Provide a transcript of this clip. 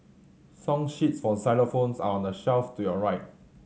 song sheets for xylophones are on the shelf to your right